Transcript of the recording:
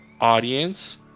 audience